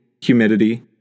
humidity